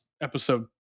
episode